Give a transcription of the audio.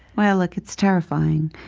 well, look, it's terrifying.